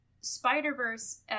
Spider-Verse